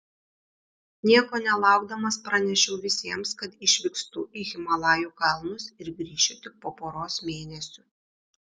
nieko nelaukdamas pranešiau visiems kad išvykstu į himalajų kalnus ir grįšiu tik po poros mėnesių